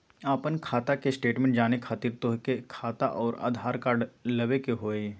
आपन खाता के स्टेटमेंट जाने खातिर तोहके खाता अऊर आधार कार्ड लबे के होइ?